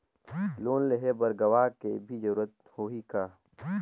Loan लेहे बर गवाह के भी जरूरत होही का?